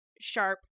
sharp